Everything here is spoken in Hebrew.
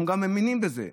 אנחנו גם מאמינים בזה.